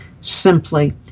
Simply